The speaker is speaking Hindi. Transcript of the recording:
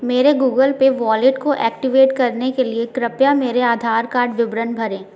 मेरे गूगल पे वॉलेट को ऐक्टिवेट करने के लिए कृपया मेरे आधार कार्ड विवरण भरें